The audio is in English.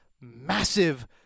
massive